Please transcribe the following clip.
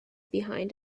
behind